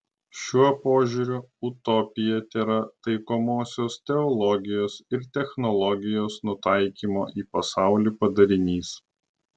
šiuo požiūriu utopija tėra taikomosios teologijos ir technologijos nutaikymo į pasaulį padarinys